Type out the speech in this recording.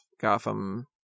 Gotham